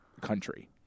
country